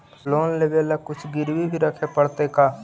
Loan लेबे ल कुछ गिरबी भी रखे पड़तै का?